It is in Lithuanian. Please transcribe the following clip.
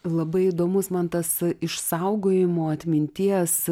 labai įdomus man tas išsaugojimo atminties